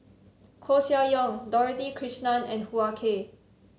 Koeh Sia Yong Dorothy Krishnan and Hoo Ah Kay